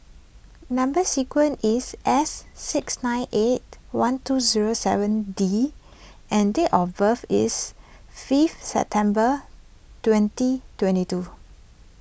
Number Sequence is S six nine eight one two zero seven D and date of birth is fifth September twenty twenty two